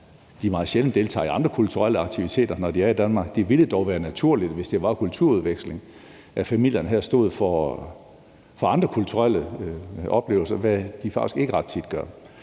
de meget sjældent deltager i andre kulturelle aktiviteter, når de er i Danmark. Det ville dog være naturligt, hvis det var kulturudveksling, at familierne her stod for andre kulturelle oplevelser, hvad de faktisk ikke ret tit gør.